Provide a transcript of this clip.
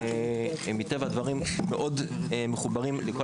מטבע הדברים אנחנו מאוד מחוברים לכל